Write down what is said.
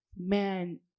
Man